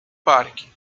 parque